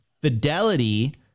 Fidelity